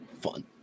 fun